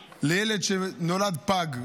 זה בעצם תיקון לחוק חופשת המחלה להורים שנולד להם ילד פג.